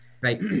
Right